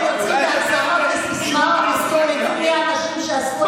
לפחות אם אתם יוצאים בהצהרות וסיסמאות לגבי האנשים שעשו את זה,